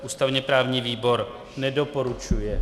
Ústavněprávní výbor nedoporučuje.